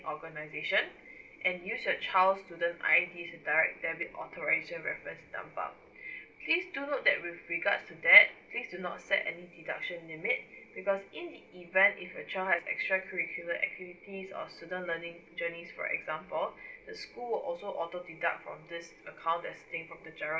organisation and use your child's student I_D as direct debit authorised reference number please do note that with regards to that please do not set any deduction limit because in the event if your child has extra curricular activities or certain learning journeys for example the school will also deduct from this account that state from the GIRO